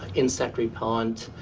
insect repellant.